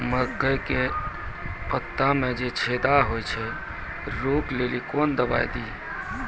मकई के पता मे जे छेदा क्या रोक ले ली कौन दवाई दी?